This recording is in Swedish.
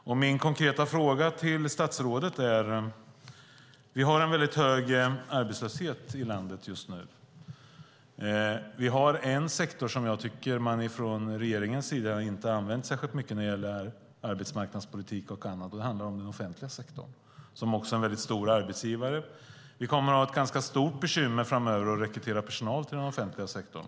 Jag har en konkret fråga till statsrådet. Vi har en mycket hög arbetslöshet i landet just nu, och vi har en sektor som jag tycker att man från regeringens sida inte har använt särskilt mycket när det gäller arbetsmarknadspolitik och annat, och det handlar om den offentliga sektorn. Den är också en mycket stor arbetsgivare. Vi kommer att ha ett ganska stort bekymmer framöver med att rekrytera personal till den offentliga sektorn.